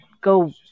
go